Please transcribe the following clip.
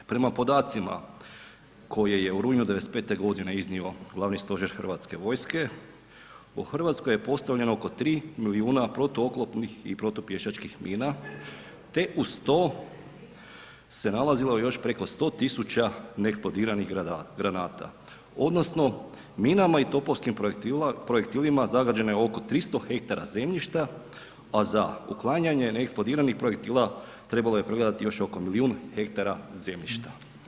Prema podacima koje je u rujnu 95. godine iznio Glavni stožer HV-a, u Hrvatskoj je postavljeno oko 3 milijuna protuoklopnih i protupješačkih mina te uz to se nalazilo još preko 100 tisuća neeksplodiranih granata odnosno minama i topovskim projektilima zagađeno je oko 300 hektara zemljišta, a za uklanjanje neeksplodiranih projektila, trebalo je pregledati još oko milijun hektara zemljišta.